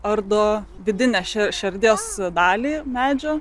ardo vidinę šerdies dalį medžio